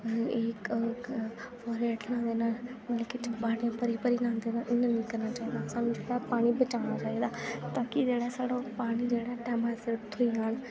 इक ओह्दे हेठ न्हांदे न ओह्दे हेठ बाल्टियां भरी भरी न्हांदे न इ'यां निं करना चाहिदा सानूं जेह्का पानी बचाना चाहिदा तां कि जेह्ड़ा साढ़ा पानी जेह्ड़ा टैमै सिर थ्होई जाह्न